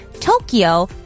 Tokyo